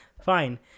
Fine